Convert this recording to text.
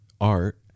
art